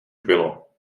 bylo